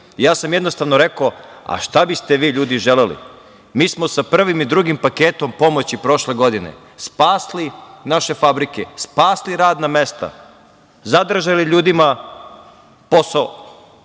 sam im rekao, a šta biste vi ljudi želeli. Mi smo sa prvim i drugim paketom pomoći prošle godine spasli naše fabrike, spasli radna mesta, zadržali ljudima posao,